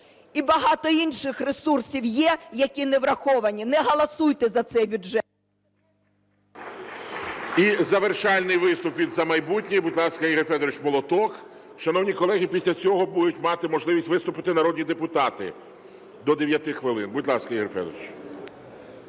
І багато інших ресурсів є, які не враховані. Не голосуйте за цей бюджет. ГОЛОВУЮЧИЙ. І завершальний виступ. Від "За майбутнє", будь ласка, Ігор Федорович Молоток. Шановні колеги, після цього будуть мати можливість виступити народні депутати до 9 хвилин. Будь ласка, Ігор Федорович.